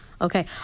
Okay